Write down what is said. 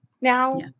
now